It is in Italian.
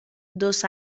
dos